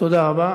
תודה רבה.